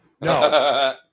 no